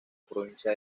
provincia